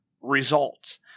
results